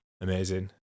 amazing